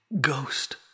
Ghost